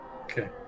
Okay